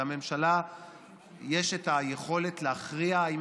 לממשלה יש את היכולת להכריע אם היא